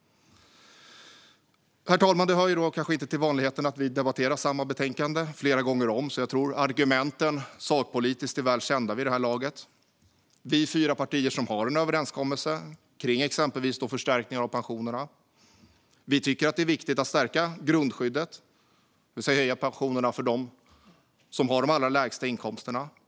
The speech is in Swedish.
Herr talman! Det hör kanske inte till vanligheterna att vi debatterar samma betänkande flera gånger. Jag tror att de sakpolitiska argumenten är väl kända vid det här laget. Vi fyra partier som har en överenskommelse om exempelvis förstärkning av pensionerna tycker att det är viktigt att stärka grundskyddet, det vill säga höja pensionerna för dem som har de allra lägsta inkomsterna.